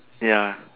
ya